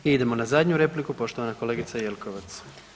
I idemo na zadnju repliku, poštovana kolegica Jelkovac.